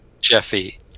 Jeffy